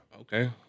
Okay